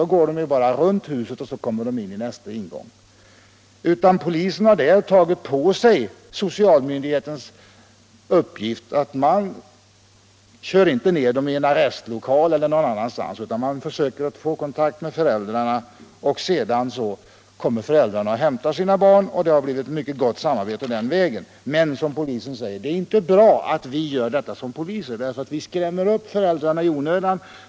Då går de ju bara runt huset, och så kommer de in i nästa ingång.” Polisen har där tagit på sig socialmyndighetens uppgift. Man kör inte ned dessa ungdomar i en arrestlokal eller någon annanstans, utan man försöker få kontakt med föräldrarna. Sedan kommer föräldrarna och hämtar sina barn, och det har blivit mycket gott samarbete den vägen. Men polisen säger: ”Det är inte bra att vi gör detta som poliser för vi skrämmer upp föräldrarna i onödan.